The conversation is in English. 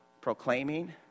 proclaiming